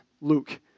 Luke